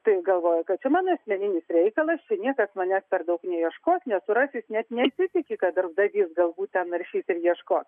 tai galvoja kad čia mano asmeninis reikalas čia niekas manęs per daug neieškos nesurasi net nesitiki kad darbdavys galbūt ten naršys ir ieškos